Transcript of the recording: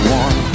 one